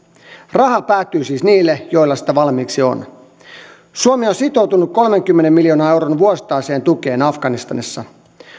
raha päätyy siis niille joilla sitä valmiiksi on suomi on sitoutunut kolmenkymmenen miljoonan euron vuosittaiseen tukeen afganistanissa